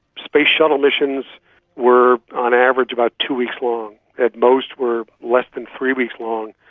space shuttle missions were on average about two weeks long, at most were less than three weeks long,